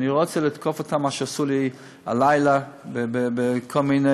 אני לא רוצה לתקוף אותם על מה שעשו לי הלילה בכל מיני,